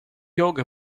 yoga